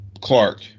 Clark